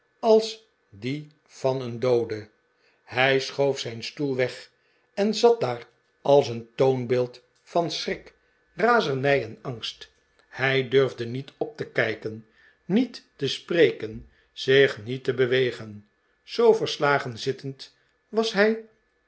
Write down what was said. als die van een doode hij schoof zijn stoel weg en zat daar als een toonbeeld van schrik razernij en angst hij durfde niet op te kijken niet te spreken zich niet te bewegen zoo verslagen zittend was hij